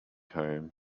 home